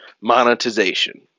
monetization